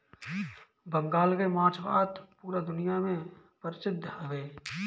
बंगाल के माछ भात पूरा दुनिया में परसिद्ध हवे